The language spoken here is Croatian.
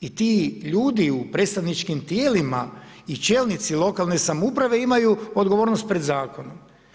I ti ljudi u predstavničkim tijelima i čelnici lokalne samouprave imaju odgovornost pred zakonom.